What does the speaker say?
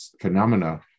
phenomena